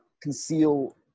conceal